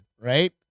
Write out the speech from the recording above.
right